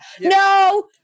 No